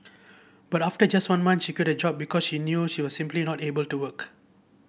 but after just one month she quit her job because she knew she was simply not able to work